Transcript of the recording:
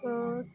ଓ